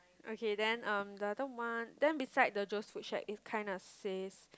okay then um the other one then beside the Joe's food shack it kinda says